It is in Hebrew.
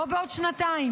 לא בעוד שנתיים,